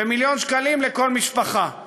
ומיליון שקלים לכל משפחה.